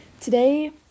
today